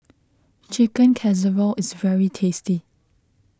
Chicken Casserole is very tasty